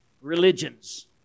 religions